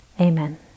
amen